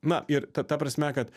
na ir ta prasme kad